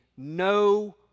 no